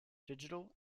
digital